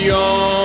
on